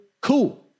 Cool